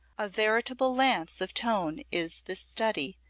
a veritable lance of tone is this study,